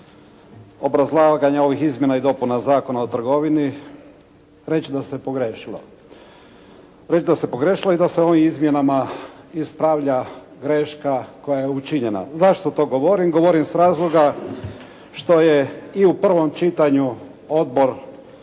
obrazlaganja ovih izmjena i dopuna Zakona o trgovini reći da se pogriješilo. Reći da se pogriješilo i da se ovim izmjenama ispravlja greška koja je učinjena. Zašto to govorim? Govorim s razloga što je i u prvom čitanju Odbor